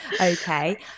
okay